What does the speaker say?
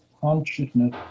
consciousness